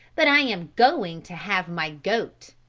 but i am going to have my goat.